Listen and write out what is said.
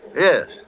Yes